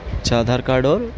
اچھا آدھار کاڈ اور